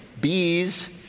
bees